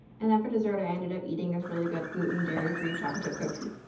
and then for dessert i ended up eating this really good gluten dairy free chocolate chip cookie.